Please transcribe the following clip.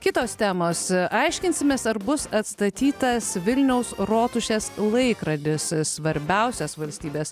kitos temos aiškinsimės ar bus atstatytas vilniaus rotušės laikrodis svarbiausias valstybės